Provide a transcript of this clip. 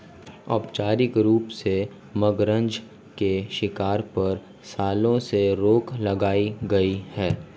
औपचारिक रूप से, मगरनछ के शिकार पर, सालों से रोक लगाई गई है